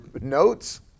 notes